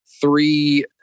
three